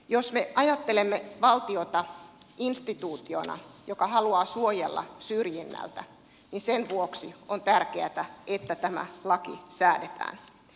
jos me ajattelemme valtiota instituutiona joka haluaa suojella syrjinnältä niin sen vuoksi on tärkeätä että tämä laki säädetään